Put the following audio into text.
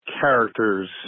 characters